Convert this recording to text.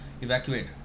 evacuate